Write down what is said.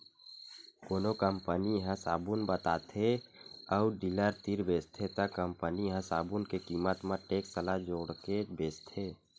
कोनो कंपनी ह साबून बताथे अउ डीलर तीर बेचथे त कंपनी ह साबून के कीमत म टेक्स ल जोड़के बेचथे